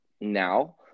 now